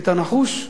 היית נחוש,